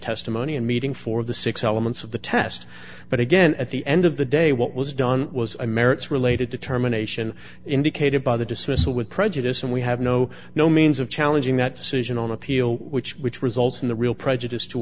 testimony and meeting for the six elements of the test but again at the end of the day what was done was a merits related determination indicated by the dismissal with prejudice and we have no no means of challenging that decision on appeal which which results in the real prejudice to